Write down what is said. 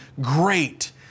great